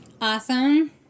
awesome